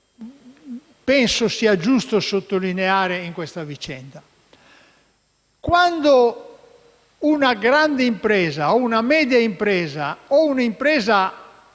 penso sia giusto sottolineare in questa vicenda? Quando una grande o una media impresa o un'impresa